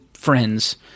friends